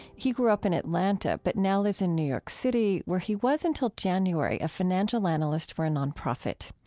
he grew up in atlanta but now lives in new york city where he was, until january, a financial analyst for a nonprofit.